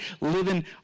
living